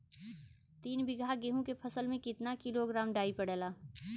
तीन बिघा गेहूँ के फसल मे कितना किलोग्राम डाई पड़ेला?